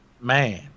man